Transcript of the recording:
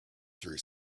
through